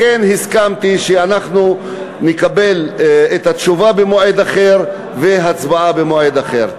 לכן הסכמתי שאנחנו נקבל את התשובה במועד אחר ותהיה הצבעה במועד אחר.